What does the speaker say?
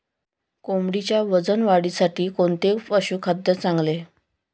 कोंबडीच्या वजन वाढीसाठी कोणते पशुखाद्य चांगले?